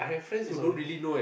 eh sorry